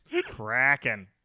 cracking